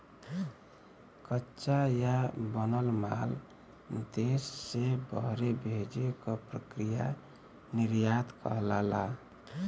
कच्चा या बनल माल देश से बहरे भेजे क प्रक्रिया निर्यात कहलाला